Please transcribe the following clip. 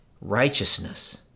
righteousness